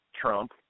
Trump